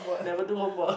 never do homework